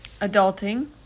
adulting